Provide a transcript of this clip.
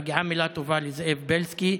מגיעה מילה טובה לזאב בילסקי,